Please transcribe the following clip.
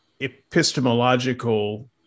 epistemological